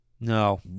No